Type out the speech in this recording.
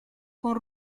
con